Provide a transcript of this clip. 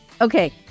okay